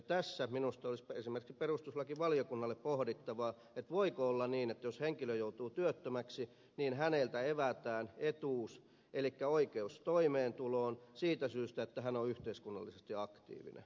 tässä minusta olisi esimerkiksi perustuslakivaliokunnalle pohdittavaa voiko olla niin että jos henkilö joutuu työttömäksi niin häneltä evätään etuus elikkä oikeus toimeentuloon siitä syystä että hän on yhteiskunnallisesti aktiivinen